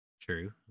true